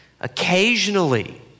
occasionally